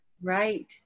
Right